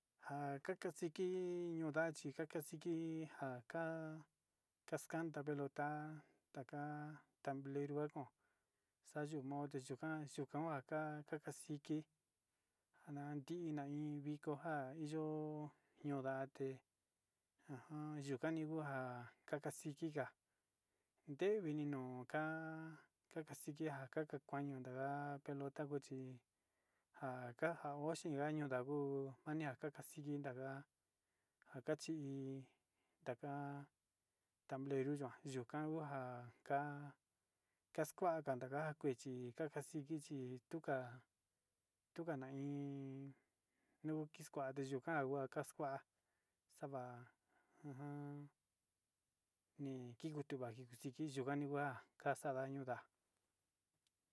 Nja kakaxiki ñoxi kakaxiki njaka axakanda pelota taka tablero nako'o xayumote yukan yuu kaon ngaka kakaxiki nakantina iin viko nja iyo'o nundate ajan yukan nikuan, a kaxiki nga ndevinino ka'a kaxikika kaka koñon ndaka loka nguo chí nja kuaxhi ndaño kenda najko kakañaka xiki ndanga kakachi'í, taka tablero yukua nanjujaka kaxka ndakua kuechi chikaxiki chi tuu ka'a tukana iin nuntikuande nuu kuan ka'a kuaxnda xava ujun niki kutu nevanixiyu kuakaniva kaxañundá.